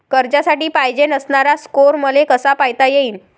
कर्जासाठी पायजेन असणारा स्कोर मले कसा पायता येईन?